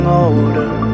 older